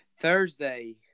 Thursday